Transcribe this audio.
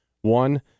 one